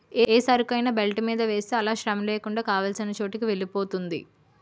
ఏ సరుకైనా బెల్ట్ మీద వేస్తే అలా శ్రమలేకుండా కావాల్సిన చోటుకి వెలిపోతుంది